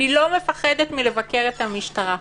אני לא מפחדת מלבקר את המשטרה.